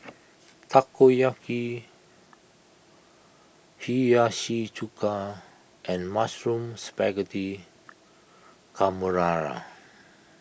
Takoyaki Hiyashi Chuka and Mushroom Spaghetti Carbonara